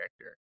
character